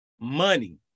money